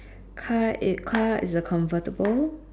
car is car is a convertible